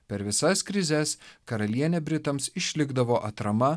per visas krizes karalienė britams išlikdavo atrama